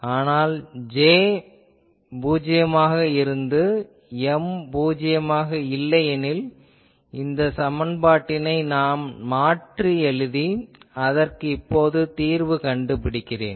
ஆனால் இப்போது J என்பது பூஜ்யமாக இருந்து M பூஜ்யமாக இல்லையெனில் இந்த சமன்பாட்டினை நான் மாற்றி எழுதி அதற்கு இப்பொழுது தீர்வு கண்டுபிடிக்கிறேன்